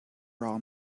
raw